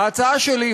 ההצעה שלי,